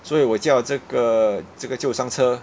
所以我叫这个这个救伤车